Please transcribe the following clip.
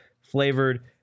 flavored